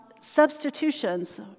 substitutions